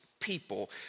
People